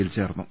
യിൽ ചേർന്നു